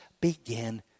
begin